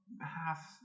half